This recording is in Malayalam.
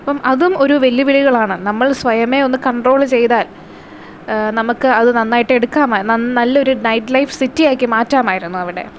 അപ്പം അതും ഒരു വെല്ലുവിളികളാണ് നമ്മൾ സ്വയമേ ഒന്ന് കണ്ട്രോൾ ചെയ്താൽ നമുക്ക് അത് നന്നായിട്ട് എടുക്കാം നല്ലൊരു നൈറ്റ് ലൈഫ് സിറ്റി ആക്കി മാറ്റാമായിരുന്നു അവിടെ